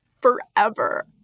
forever